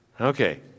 Okay